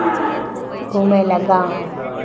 घूमय लेल गाँव